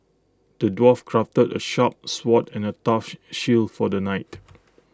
the dwarf crafted A sharp sword and A tough shield for the knight